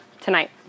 tonight